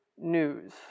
news